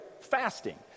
fasting